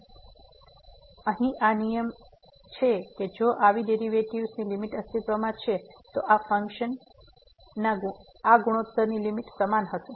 તેથી અહીં આ નિયમ છે કે જો આવી ડેરિવેટિવ્ઝ ની લીમીટ અસ્તિત્વમાં છે તો આ ફંક્શન ના આ ગુણોત્તરની લીમીટ સમાન હશે